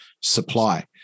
supply